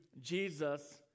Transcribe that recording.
Jesus